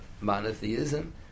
monotheism